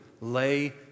Lay